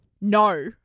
No